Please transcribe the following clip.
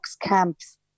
camps